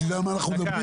שתדע על מה אנחנו מדברים.